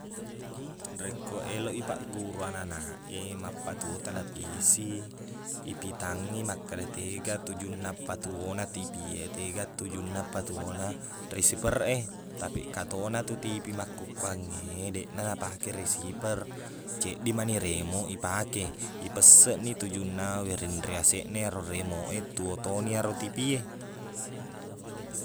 Rekko eloq i pakgurui ananak e mappatuo televisi, ipitangngi makkeda tega tujunna patuona tivi e, tega tujunna patuona reciver e. Tapi katona tu tivi makkukkuang e, deqna napake reciver. Ceddi mani remoq ipake. Ipesseqmi tujunna wiring ri aseqna ero remoq e, tuo to ni ero tivi e.